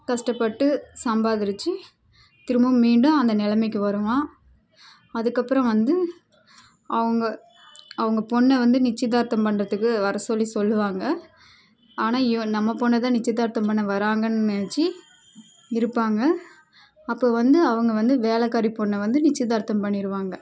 கஷ்டப்பட்டு சம்பாதிருச்சி திரும்பவும் மீண்டும் அந்த நிலமைக்கு வருவான் அதுக்கப்புறம் வந்து அவங்க அவங்க பொண்னை வந்து நிச்சியதார்த்தம் பண்ணுறதுக்கு வர சொல்லி சொல்லுவாங்க ஆனால் இவன் நம்ம பொண்ணை தான் நிச்சியதார்த்தம் பண்ண வராங்கன்னு நினச்சி இருப்பாங்க அப்போது வந்து அவங்க வந்து வேலைக்காரி பொண்ணை வந்து நிச்சியதார்த்தம் பண்ணியிருவாங்க